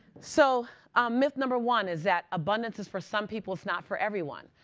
so myth number one is that abundance is for some people, it's not for everyone.